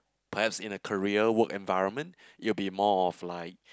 perhaps in a career work environment it'll be more of like